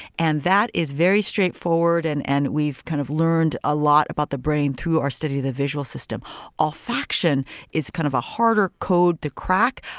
and that is very straightforward. and and we've kind of learned a lot about the brain through our study of the visual system olfaction is kind of a harder code to crack.